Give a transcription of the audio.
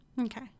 Okay